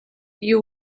you